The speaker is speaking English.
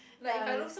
ya